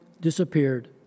disappeared